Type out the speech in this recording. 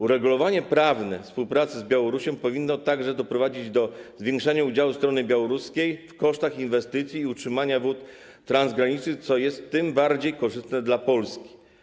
Uregulowanie prawne współpracy z Białorusią powinno także doprowadzić do zwiększenia udziału strony białoruskiej w kosztach inwestycji i utrzymania wód transgranicznych, co jest tym bardziej korzystne dla Polski.